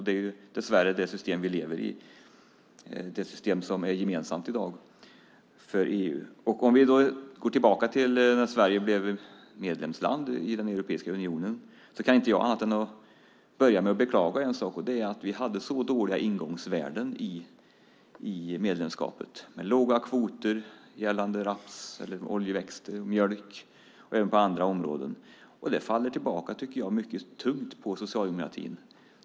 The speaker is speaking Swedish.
Det är dess värre så i det system som i dag är gemensamt för EU. Om vi går tillbaka till när Sverige blev medlemsland i Europeiska unionen kan jag inte annat än att börja med att beklaga att vi hade så dåliga ingångsvärden i medlemskapet. Det var låga kvoter gällande raps, oljeväxter, mjölk och även på andra områden. Det faller tillbaka mycket tungt på Socialdemokraterna.